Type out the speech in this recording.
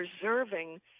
preserving